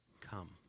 come